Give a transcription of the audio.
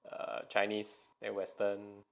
err chinese and western